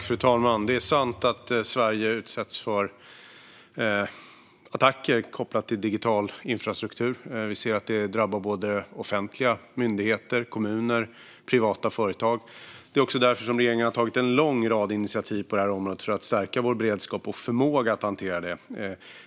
Fru talman! Det är sant att Sverige utsätts för attacker kopplade till digital infrastruktur. Vi ser att det drabbar både offentliga myndigheter, kommuner och privata företag. Det är därför som regeringen har tagit en lång rad initiativ på det här området för att stärka vår beredskap och förmåga att hantera det.